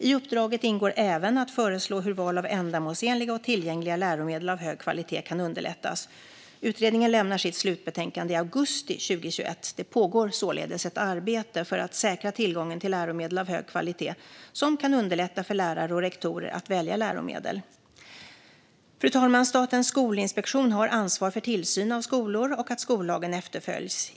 I uppdraget ingår även att föreslå hur val av ändamålsenliga och tillgängliga läromedel av hög kvalitet kan underlättas. Utredningen lämnar sitt slutbetänkande i augusti 2021. Det pågår således ett arbete för att säkra tillgången till läromedel av hög kvalitet som kan underlätta för lärare och rektorer att välja läromedel. Fru talman! Statens skolinspektion har ansvar för tillsynen av skolor och att skollagen efterföljs.